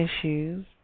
issues